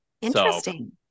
Interesting